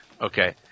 Okay